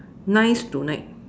nice tonight